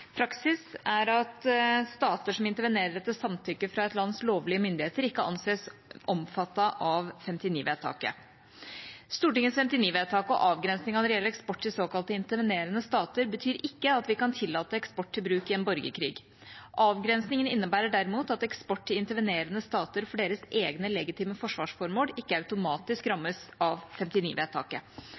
Praksis er at stater som intervenerer etter samtykke fra et lands lovlige myndigheter, ikke anses omfattet av 1959-vedtaket. Stortingets 1959-vedtak og avgrensningen når det gjelder eksport til såkalte intervenerende stater, betyr ikke at vi kan tillate eksport til bruk i en borgerkrig. Avgrensningen innebærer derimot at eksport til intervenerende stater for deres egne legitime forsvarsformål ikke automatisk rammes av